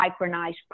micronized